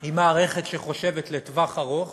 היא מערכת שחושבת לטווח ארוך